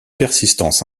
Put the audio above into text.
persistance